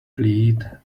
plead